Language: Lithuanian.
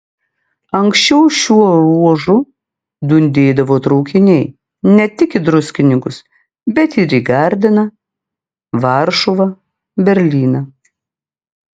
anksčiau šiuo ruožu dundėdavo traukiniai ne tik į druskininkus bet ir į gardiną varšuvą berlyną